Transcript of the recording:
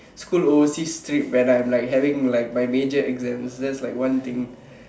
school overseas trip when I am like having like my major exams that is like one thing